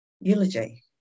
eulogy